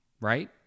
Right